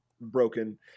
broken